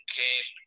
came